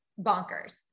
bonkers